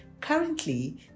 Currently